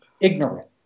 ignorant